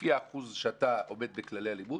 לפי האחוז שאתה עומד בכללי הלימוד.